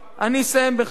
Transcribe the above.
אסיים בכך: